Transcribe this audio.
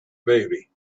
baby